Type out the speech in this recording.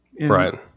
right